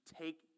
take